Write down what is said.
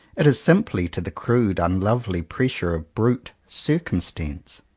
it is simply to the crude, unlovely pressure of brute circumstance.